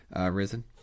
Risen